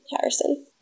Harrison